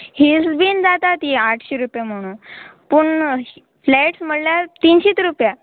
hills बीन जाता ती आठशी रुपया म्हणून पूण फ्लॅट्स म्हणल्यार तिनशीच रुपया